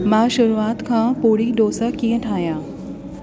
मां शुरुआत खां पोड़ी डोसा कीअं ठाहियां